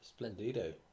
Splendido